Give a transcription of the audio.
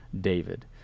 David